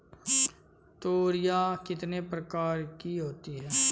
तोरियां कितने प्रकार की होती हैं?